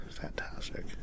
Fantastic